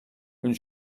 and